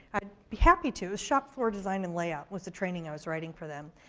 i'd be happy to. shop floor, design, and layout was the training i was writing for them.